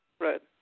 Right